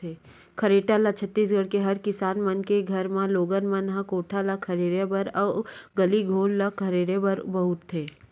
खरेटा ल छत्तीसगढ़ के हर किसान मन के घर म लोगन मन ह कोठा ल खरहेरे बर अउ गली घोर ल खरहेरे बर बउरथे